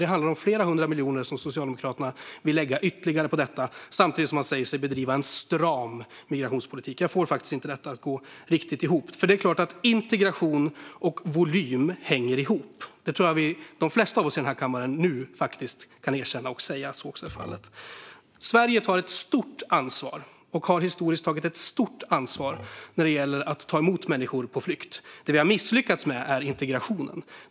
Det handlar om flera hundra miljoner ytterligare som Socialdemokraterna vill lägga på detta, samtidigt som man säger sig bedriva en stram migrationspolitik. Jag får faktiskt inte detta att gå riktigt ihop. Det är klart att integration och volym hänger ihop. Det tror jag att de flesta av oss i den här kammaren nu kan erkänna. Sverige tar och har historiskt tagit ett stort ansvar när det gäller att ta emot människor på flykt. Det vi har misslyckats med är integrationen.